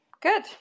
good